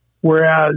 whereas